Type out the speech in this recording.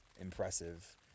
impressive